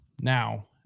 now